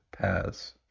paths